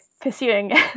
pursuing